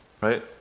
Right